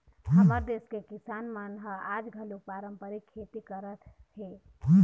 हमर देस के किसान मन ह आज घलोक पारंपरिक खेती करत हे